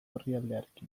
orrialdearekin